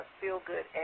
feel-good